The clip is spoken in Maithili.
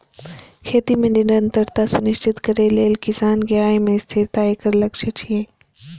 खेती मे निरंतरता सुनिश्चित करै लेल किसानक आय मे स्थिरता एकर लक्ष्य छियै